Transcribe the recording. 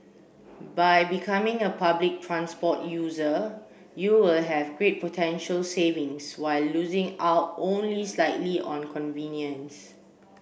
by becoming a public transport user you will have great potential savings while losing out only slightly on convenience